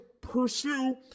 pursue